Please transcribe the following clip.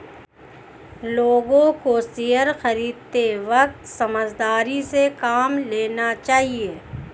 लोगों को शेयर खरीदते वक्त समझदारी से काम लेना चाहिए